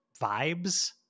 vibes